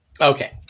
okay